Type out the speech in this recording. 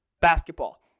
basketball